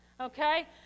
okay